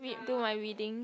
read do my reading